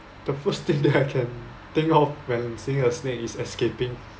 the first thing that I can think of when seeing a snake is escaping